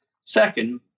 Second